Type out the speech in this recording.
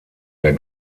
der